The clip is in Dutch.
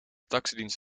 taxidienst